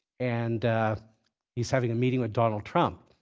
and he's having a meeting with donald trump.